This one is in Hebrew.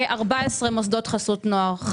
כ-14 מוסדות חסות נוער.